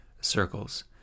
circles